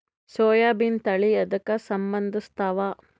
ಸೋಯಾಬಿನ ತಳಿ ಎದಕ ಸಂಭಂದಸತ್ತಾವ?